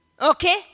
Okay